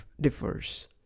differs